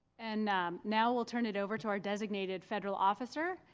and now we'll turn it over to our designated federal officer,